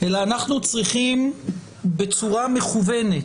אלא אנחנו צריכים בצורה מכוונת,